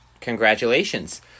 Congratulations